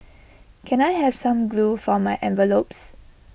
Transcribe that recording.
can I have some glue for my envelopes